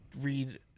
read